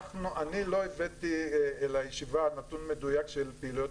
אני לא הבאתי לישיבה נתון מדויק של פעילויות